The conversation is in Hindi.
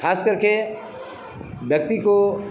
ख़ास करके व्यक्ति को